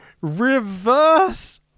reverse